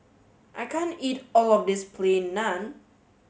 I can't eat all of this Plain Naan